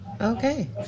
Okay